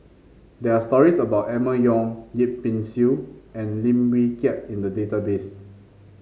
there are stories about Emma Yong Yip Pin Xiu and Lim Wee Kiak in the database